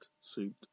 suit